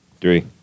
Three